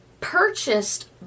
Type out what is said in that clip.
purchased